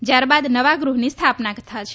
જયાર બાદ નવા ગ્રહની સ્થાપના થશે